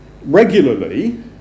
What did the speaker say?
regularly